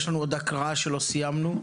יש עוד הקראה שלא סיימנו,